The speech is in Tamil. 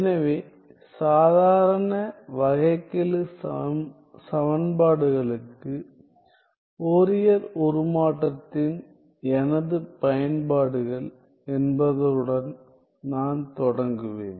எனவே சாதாரண வகைக்கெழு சமன்பாடுகளுக்கு ஃபோரியர் உருமாற்றத்தின் எனது பயன்பாடுகள் என்பதுடன் நான் தொடங்குவேன்